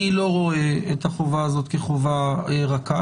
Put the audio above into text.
אני לא רואה את החובה הזאת כחובה רכה.